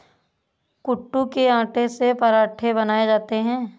कूटू के आटे से पराठे बनाये जाते है